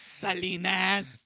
Salinas